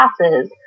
classes